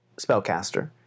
spellcaster